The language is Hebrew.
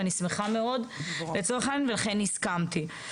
ואני שמחה מאוד ולכן הסכמתי.